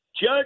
judge